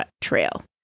trail